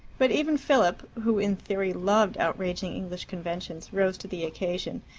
but even philip, who in theory loved outraging english conventions, rose to the occasion,